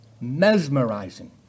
mesmerizing